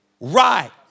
Right